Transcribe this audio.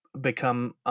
become